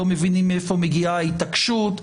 לא מבינים מאיפה מגיעה ההתעקשות.